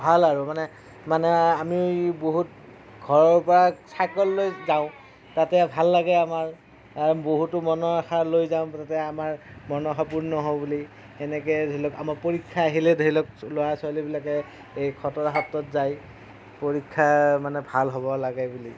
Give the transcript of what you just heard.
ভাল আৰু মানে মানে আমি বহুত ঘৰৰ পৰা চাইকেল লৈ যাওঁ তাতে ভাল লাগে আমাৰ বহুতো মনৰ আশা লৈ যাওঁ তাতে আমাৰ মনৰ আশা পূৰ্ণ হ'ব বুলি সেনেকৈ ধৰি লওঁক আমাৰ পৰীক্ষা আহিলে ধৰি লওঁক ল'ৰা ছোৱালীবিলাকে এই খতৰা সত্ৰত যায় পৰীক্ষা মানে ভাল হ'ব লাগে বুলি